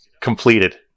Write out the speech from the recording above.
completed